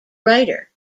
writer